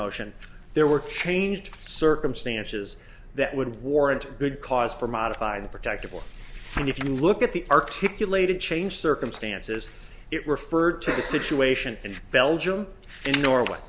motion there were changed circumstances that would warrant good cause for modify the protective order and if you look at the articulated change circumstances it referred to the situation and belgium in norway